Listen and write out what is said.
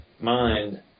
mind